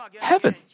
heaven